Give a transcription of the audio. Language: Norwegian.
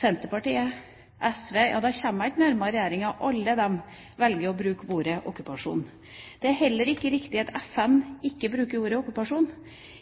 Senterpartiet, SV – ja, nærmere kommer man ikke Regjeringa – å bruke ordet «okkupasjon». Det er heller ikke riktig at FN ikke bruker ordet «okkupasjon».